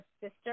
sister